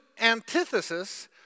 antithesis